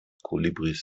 kolibris